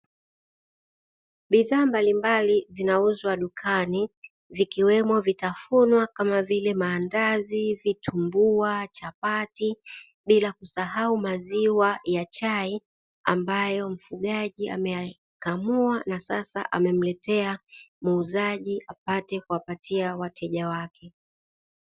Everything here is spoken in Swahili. Bidhaa mbalimbali zinauzwa dukani vikiwemo vitafunwa kama vile maandazi, vitumbua, chapati bila kusahau maziwa ya chai ambayo mfugaji ameyakamua na sasa amemletea muuzaji apate kuwapatia wateja wake.